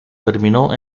terminó